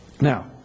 Now